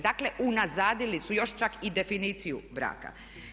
Dakle unazadili su još čak i definiciju braka.